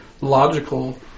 logical